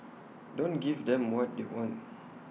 don't give them what they want